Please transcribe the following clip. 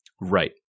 Right